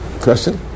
Question